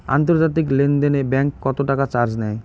আন্তর্জাতিক লেনদেনে ব্যাংক কত টাকা চার্জ নেয়?